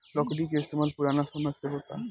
लकड़ी के इस्तमाल पुरान समय से होता